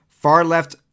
Far-left